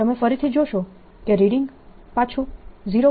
અને તમે ફરીથી જોશો કે રીડિંગ પાછું 0